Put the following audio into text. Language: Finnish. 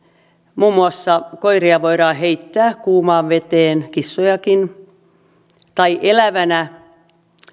muun muassa koiria voidaan heittää kuumaan veteen kissojakin tai elävänä